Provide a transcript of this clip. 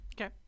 okay